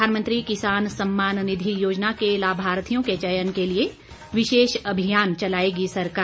प्रधानमंत्री किसान सम्मान निधि योजना के लाभार्थियों के चयन के लिए विशेष अभियान चलाएगी सरकार